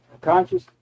conscious